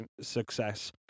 success